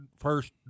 first